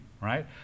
Right